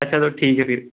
अच्छा तो ठीक है फिर